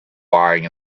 lying